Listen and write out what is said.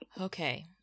Okay